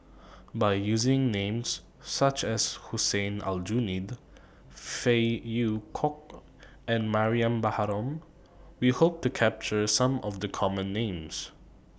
By using Names such as Hussein Aljunied Phey Yew Kok and Mariam Baharom We Hope to capture Some of The Common Names